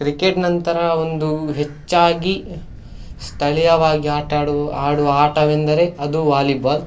cricket ನಂತರ ಒಂದು ಹೆಚ್ಚಾಗಿ ಸ್ಥಳೀಯವಾಗಿ ಆಟ ಆಡು ಆಡುವ ಆಟವೆಂದರೆ ಅದು ವಾಲಿಬಾಲ್